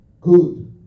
Good